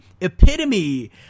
epitome